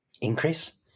increase